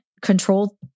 control